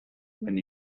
when